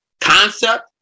concept